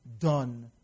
done